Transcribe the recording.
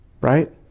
right